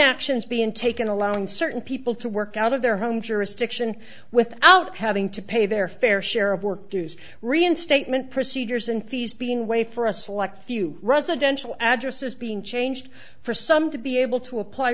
actions being taken allowing certain people to work out of their home jurisdiction without having to pay their fair share of work dues reinstatement procedures and fees being way for a select few residential addresses being changed for some to be able to apply